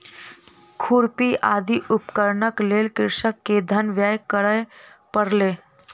खुरपी आदि उपकरणक लेल कृषक के धन व्यय करअ पड़लै